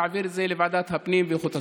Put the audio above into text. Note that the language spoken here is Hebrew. להעביר את זה לוועדת הפנים ואיכות הסביבה.